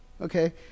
Okay